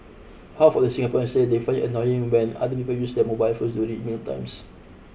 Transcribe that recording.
half of Singaporeans say they find it annoying when other people use their mobile phones during mealtimes